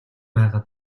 байгаа